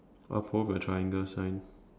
what pole with a triangle sign